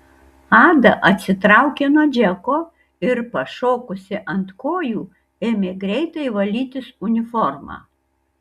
ada atsitraukė nuo džeko ir pašokusi ant kojų ėmė greitai valytis uniformą